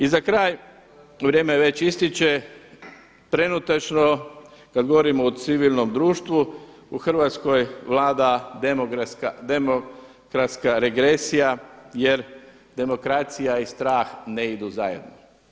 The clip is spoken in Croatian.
I za kraj, vrijeme već ističe, trenutačno kada govorimo o civilnom društvu u Hrvatskoj vlada demokratska regresija jer demokracija i strah ne idu zajedno.